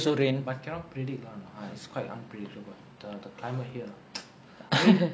but cannot predict lah ah it's quite unpredictable the the climate here I mean